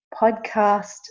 podcast